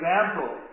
example